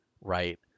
right